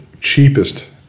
cheapest